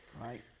right